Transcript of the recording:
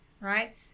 right